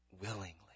willingly